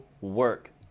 work